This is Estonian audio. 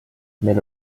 meil